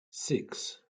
six